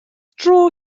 dro